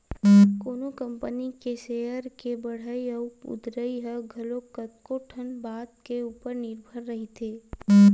कोनो कंपनी के सेयर के बड़हई अउ उतरई ह घलो कतको ठन बात के ऊपर निरभर रहिथे